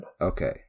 Okay